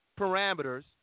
parameters